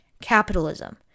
capitalism